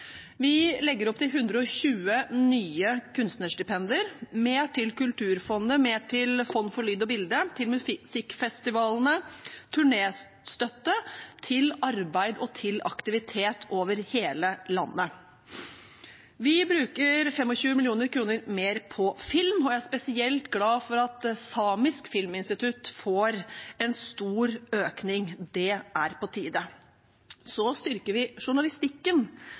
Vi legger opp til 120 nye kunstnerstipender, mer til Kulturfondet, mer til Fond for lyd og bilde, til musikkfestivalene, til turnéstøtte og til arbeid og aktivitet over hele landet. Vi bruker 25 mill. kr mer på film, og jeg er spesielt glad for at Samisk filminstitutt får en stor økning – det er på tide. Så styrker vi journalistikken,